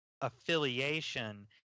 affiliation